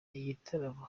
igitaramo